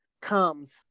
comes